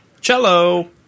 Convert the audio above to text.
Cello